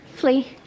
flee